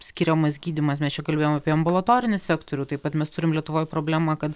skiriamas gydymas mes čia kalbėjom apie ambulatorinį sektorių taip pat mes turim lietuvoj problemą kad